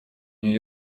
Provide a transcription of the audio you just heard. нью